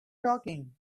talking